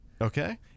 Okay